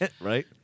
right